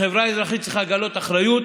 החברה האזרחית צריכה לגלות אחריות,